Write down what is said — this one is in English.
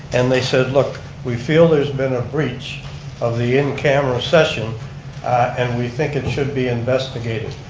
and they said look we feel there's been a breach of the in camera session and we think it should be investigated.